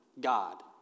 God